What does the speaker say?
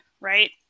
Right